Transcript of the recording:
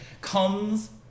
comes